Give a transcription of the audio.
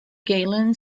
galen